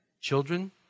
children